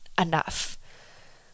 enough